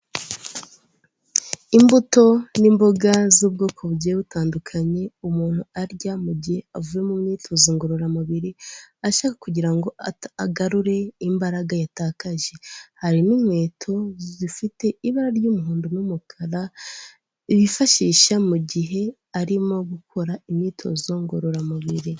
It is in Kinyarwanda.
Imbuto n'imboga z'ubwoko bugiye butandukanye umuntu arya mu gihe avuye mu myitozo ngororamubiri, ashaka kugira ngo agarure imbaraga yatakaje. Hari n'inkweto zifite ibara ry'umuhondo n'umukara, yifashisha mu gihe arimo gukora imyitozo ngororamubiri.